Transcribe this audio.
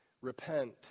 Repent